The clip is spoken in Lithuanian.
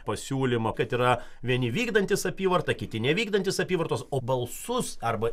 pasiūlymą kad yra vieni vykdantys apyvartą kiti nevykdantys apyvartos o balsus arba